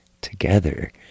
together